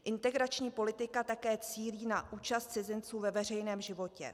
Integrační politika také cílí na účast cizinců ve veřejném životě.